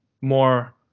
more